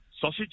sausage